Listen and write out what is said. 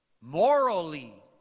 morally